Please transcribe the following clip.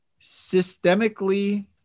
systemically